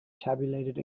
tabulated